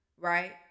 right